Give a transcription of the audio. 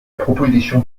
proposition